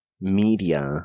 media